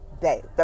day